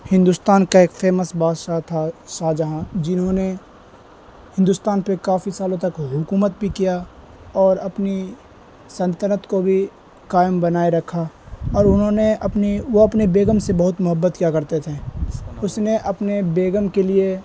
ہندوستان کا ایک فیمس بادشاہ تھا شاہ جہاں جنہوں نے ہندوستان پہ کافی سالوں تک حکومت بھی کیا اور اپنی سنطنت کو بھی قائم بنائے رکھا اور انہوں نے اپنی وہ اپنی بیگم سے بہت محبت کیا کرتے تھے اس نے اپنے بیگم کے لیے